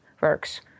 works